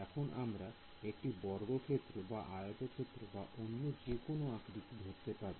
এখন আমরা একটি বর্গক্ষেত্র বা আয়তক্ষেত্র বা অন্য যেকোনো আকৃতি ধরতে পারি